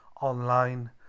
online